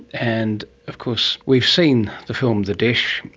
and of course we've seen the film the dish,